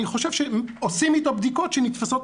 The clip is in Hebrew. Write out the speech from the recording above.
אני חושב שעושים איתו בדיקות שנתפסות